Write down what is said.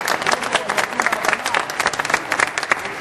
(מחיאות כפיים)